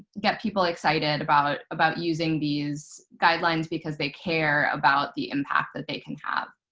get people excited about about using these guidelines because they care about the impact that they can have.